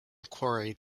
quarried